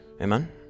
Amen